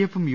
എഫും യു